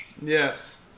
Yes